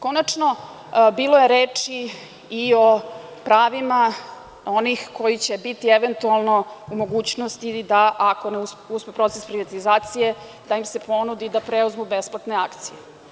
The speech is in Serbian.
Konačno, bilo je reči i o pravima onih koji će biti eventualno u mogućnosti da, ako ne uspe proces privatizacije, da im se ponudi da preuzmu besplatne akcije.